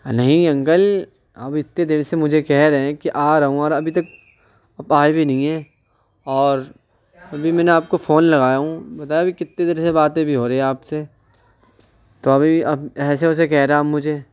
نہیں انکل آپ اتنے دیر سے مجھے کہہ رہے ہیں کہ آ رہا ہوں اور ابھی تک آپ آئے بھی نہیں ہیں اور ابھی میں نے آپ کو فون لگایا ہوں بتہ ہے کتنے دیر سے باتیں بھی ہو رہی ہے آپ سے تو ابھی آپ ایسے ویسے کہہ رہے آپ مجھے